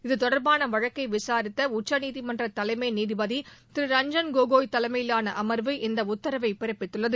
இத்தொடர்பான வழக்கை விசாரித்த் உச்சநீதிமன்ற தலைஎம நீதிபதி திரு ரஞ்சன் கோகோய் தலைமையிலான அமர்வு இந்த உத்தரவை பிறப்பித்துள்ளது